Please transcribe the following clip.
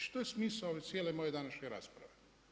To je smisao ove cijele moje današnje rasprave.